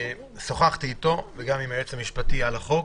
שוחחתי איתו וגם עם היועץ המשפטי על החוק.